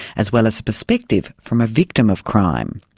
as well as a perspective from a victim of crime.